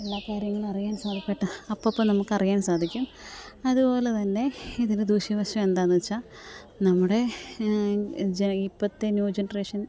എല്ലാ കാര്യങ്ങളും അറിയാന് സാധിപ്പെട്ട അപ്പപ്പം നമുക്ക് അറിയാന് സാധിക്കും അതുപോലെ തന്നെ ഇതിന് ദൂശ്യ വശം എന്താണെന്ന് വച്ചാൽ നമ്മുടെ ഈ ഇപ്പോഴത്തെ ന്യൂ ജെൻറേഷന്